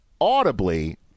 audibly